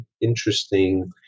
interesting